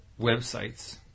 websites